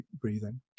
breathing